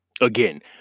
Again